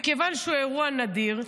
מכיוון שהוא אירוע נדיר.